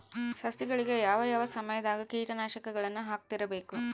ಸಸಿಗಳಿಗೆ ಯಾವ ಯಾವ ಸಮಯದಾಗ ಕೇಟನಾಶಕಗಳನ್ನು ಹಾಕ್ತಿರಬೇಕು?